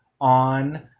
on